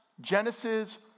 Genesis